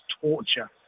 torture